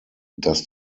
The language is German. dass